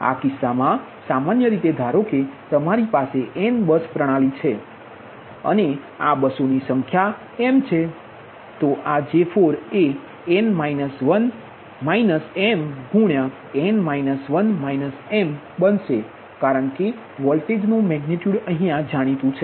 તેથી આ કિસ્સામાં સામાન્ય રીતે ધારો કે તમારી પાસે n બસ પ્રણાલી છે અને PV બસો ની સંખ્યા m છે તો આ J4એ બનશે કારણ કે વોલ્ટેજનુ મેગનિટયુડ જાણીતુ છે